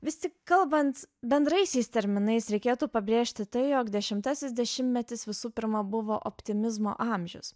vis tik kalbant bendraisiais terminais reikėtų pabrėžti tai jog dešimtasis dešimtmetis visų pirma buvo optimizmo amžius